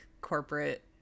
corporate